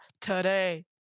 today